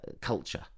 culture